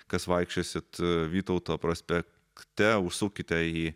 kas vaikščiosit vytauto prospekte užsukite į